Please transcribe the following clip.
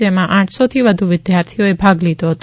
જેમાં આઠસોથી વધુ વિદ્યાર્થીઓએ ભાગ લીધો હતો